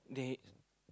there